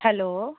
hello